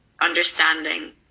understanding